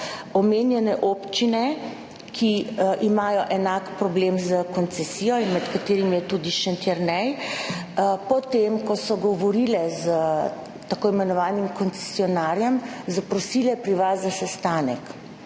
omenjene občine, ki imajo enak problem s koncesijo in med katerimi je tudi Šentjernej, potem ko so govorile s tako imenovanim koncesionarjem, zaprosile za sestanek